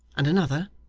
and another,